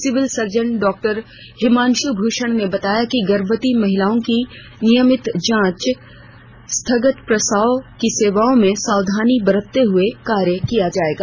civil surgeon डॉ हिमांशु भूषण ने बताया कि गर्भवती महिलाओं की नियमित जांच संस्थागत प्रसव की सेवाओं में सावधानी बरतते हुए कार्य किया जाएगा